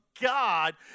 God